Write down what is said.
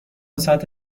ساعت